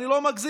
אני לא מגזים,